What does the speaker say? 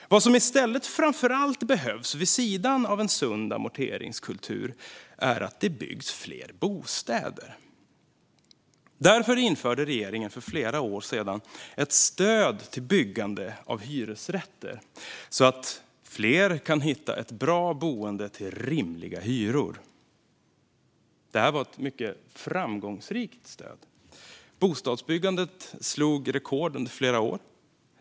Vad som i stället behövs, vid sidan av en sund amorteringskultur, är framför allt att det byggs fler bostäder. Därför införde regeringen för flera år sedan ett stöd till byggande av hyresrätter så att fler kan hitta bra boenden till rimliga hyror. Det här var ett mycket framgångsrikt stöd. Bostadsbyggandet slog rekord under flera år.